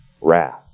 wrath